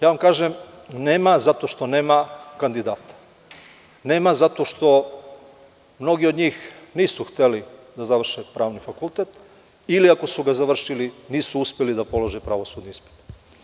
Ja vam kažem – nema, zato što nema kandidata, nema zato što mnogi od njih nisu hteli da završe pravni fakultet ili ako su ga završili, nisu uspeli da polože pravosudni ispit.